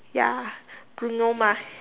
ya Bruno Mars